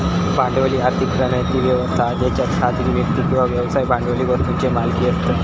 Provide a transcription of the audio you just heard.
भांडवली आर्थिक प्रणाली ती व्यवस्था हा जेच्यात खासगी व्यक्ती किंवा व्यवसाय भांडवली वस्तुंचे मालिक असतत